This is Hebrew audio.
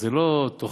זו לא תוכנית